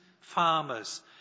farmers